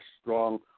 strong